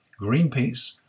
Greenpeace